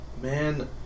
Man